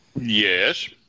Yes